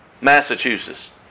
Massachusetts